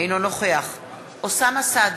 אינו נוכח אוסאמה סעדי,